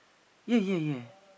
ya ya ya